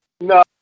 No